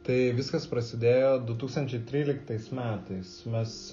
tai viskas prasidėjo du tūkstančiai tryliktais metais mes